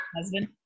husband